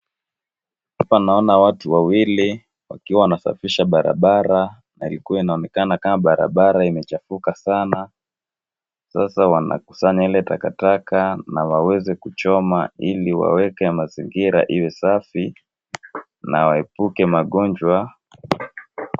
Hapa naona watu wawili wakiwa wanasafisha barabara na ilikuwa inaonekana kama barabara imechafuka sana, na sasa wanakusanya ile takataka na waweze kuchoma ili waweke mazingira iwe safi na waepuke magonjwa.